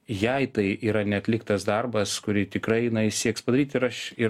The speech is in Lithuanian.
jei tai yra neatliktas darbas kurį tikrai jinai sieks padaryt ir aš ir